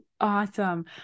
awesome